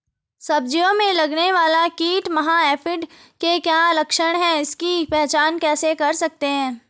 सब्जियों में लगने वाला कीट माह एफिड के क्या लक्षण हैं इसकी पहचान कैसे कर सकते हैं?